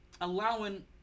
allowing